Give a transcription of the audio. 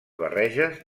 barreges